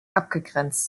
abgegrenzt